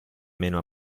meno